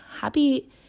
happy